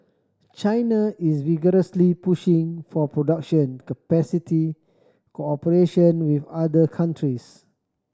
China is vigorously pushing for production capacity cooperation with other countries